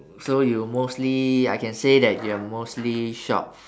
so you mostly I can say that you're mostly shop